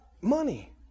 money